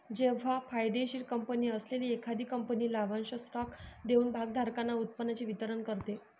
जेव्हा फायदेशीर कंपनी असलेली एखादी कंपनी लाभांश स्टॉक देऊन भागधारकांना उत्पन्नाचे वितरण करते